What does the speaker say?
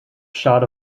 shot